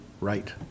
right